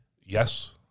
Yes